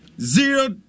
zero